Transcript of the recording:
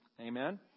Amen